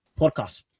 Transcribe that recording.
podcast